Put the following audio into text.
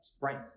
Right